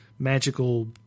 magical